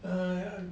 err